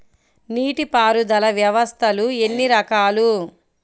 నీటిపారుదల వ్యవస్థలు ఎన్ని రకాలు?